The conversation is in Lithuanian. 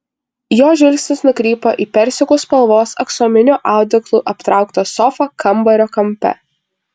jo žvilgsnis nukrypo į persikų spalvos aksominiu audeklu aptrauktą sofą kambario kampe